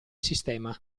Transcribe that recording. sistema